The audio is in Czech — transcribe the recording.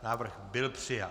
Návrh byl přijat.